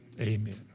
amen